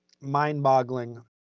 mind-boggling